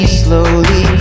slowly